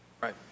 Right